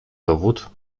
dowód